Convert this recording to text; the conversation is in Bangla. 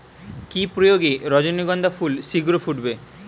কি প্রয়োগে রজনীগন্ধা ফুল শিঘ্র ফুটবে?